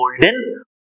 golden